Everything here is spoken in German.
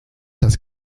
das